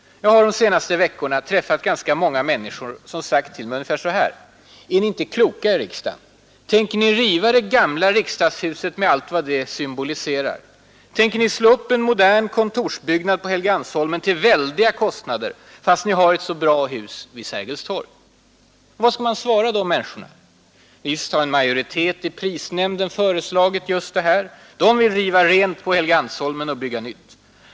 Jag har de senaste veckorna träffat ganska många människor som sagt till mig ungefär så här: Är ni inte kloka i riksdagen? Tänker ni riva det gamla riksdagshuset med allt vad det symboliserar? Tänker ni slå upp en modern kontorsbyggnad på Helgeandsholmen till väldiga kostnader, fastän ni har ett så bra hus vid Sergels Torg? Vad skall man svara de människorna? Visst har en majoritet i prisnämnden föreslagit just det här. De vill riva rent på Helgeandsholmen och bygga nytt.